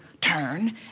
turn